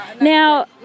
Now